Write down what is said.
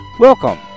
Welcome